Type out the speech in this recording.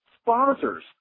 sponsors